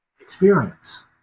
experience